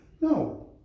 no